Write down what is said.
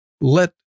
let